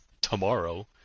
tomorrow